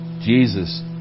Jesus